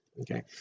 Okay